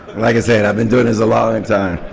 like i said, i've been doing this a long time.